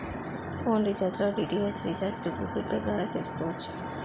phone recharge లో DTH రీఛార్జిలు Google Pay ద్వారా చేసుకోవచ్చు